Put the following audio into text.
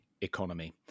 economy